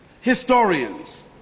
historians